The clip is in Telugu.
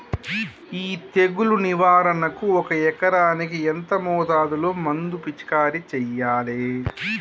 ఈ తెగులు నివారణకు ఒక ఎకరానికి ఎంత మోతాదులో మందు పిచికారీ చెయ్యాలే?